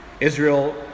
Israel